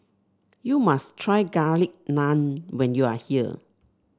you must try Garlic Naan when you are here